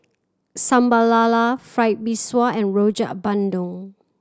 Sambal Lala Fried Mee Sua and Rojak Bandung